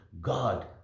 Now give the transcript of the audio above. God